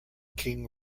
king